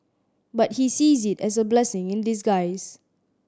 but he sees it as a blessing in disguise